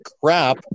crap